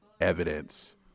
evidence